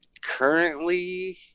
Currently